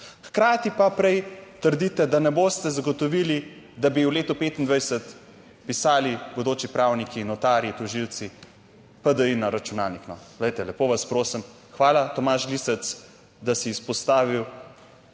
hkrati pa prej trdite, da ne boste zagotovili, da bi v letu 2025 pisali bodoči pravniki, notarji, tožilci PDI na računalnik. No, glejte, lepo vas prosim.